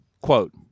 Quote